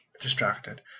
distracted